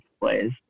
plays